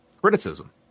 criticism